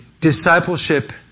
discipleship